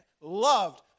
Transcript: loved